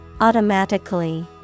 Automatically